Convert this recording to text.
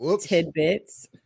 tidbits